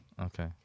okay